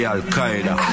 Al-Qaeda